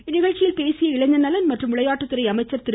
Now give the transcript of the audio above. இந்நிகழ்ச்சியில் பேசிய இளைஞர்நலன் மற்றும் விளையாட்டுத்துறை அமைச்சர் திரு